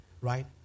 right